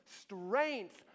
strength